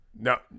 No